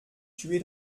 tué